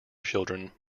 children